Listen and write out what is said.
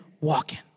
walking